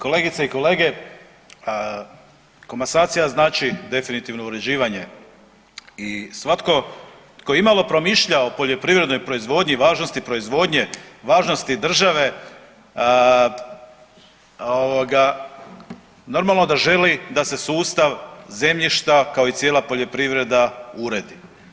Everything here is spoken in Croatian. Kolegice i kolege, komasacija znači definitivno uređivanje i svatko tko i malo promišlja o poljoprivrednoj proizvodnji i važnosti proizvodnje, važnosti države normalno da želi da se sustav zemljišta kao i cijela poljoprivreda uredi.